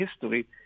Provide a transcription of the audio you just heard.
history